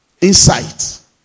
insight